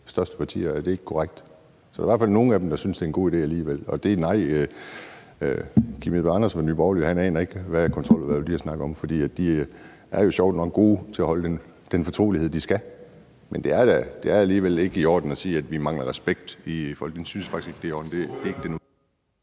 største partier. Er det ikke korrekt? Så der er i hvert fald nogle af dem, der synes, det er en god idé alligevel. Og nej, Kim Edberg Andersen fra Nye Borgerlige aner ikke, hvad Kontroludvalget har snakket om. For de er jo sjovt nok gode til at opretholde den fortrolighed, de skal. Men det er alligevel ikke i orden at sige, at vi mangler respekt i Folketinget. Jeg synes faktisk ikke, det er i orden ... Kl.